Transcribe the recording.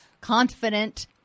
confident